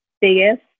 biggest